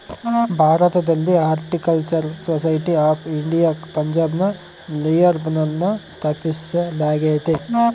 ಭಾರತದಲ್ಲಿ horticultural society of India ಪಂಜಾಬ್ನ ಲಿಯಾಲ್ಪುರ್ನಲ್ಲ ಸ್ಥಾಪಿಸಲಾಗ್ಯತೆ